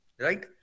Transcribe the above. Right